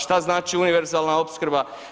Šta znači univerzalna opskrba?